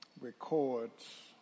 records